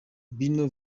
bino